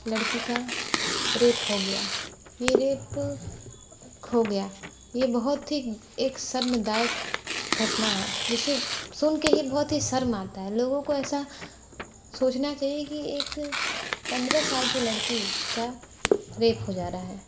लड़की का रेप हो गया ये रेप खो गया ये बहुत ही एक शर्मदायक घटना है जिसे सुन के ही बहुत ही शर्म आता है लोगों को ऐसा सोचना चाहिए कि एक पंद्रह साल की लड़की का रेप हो जा रहा है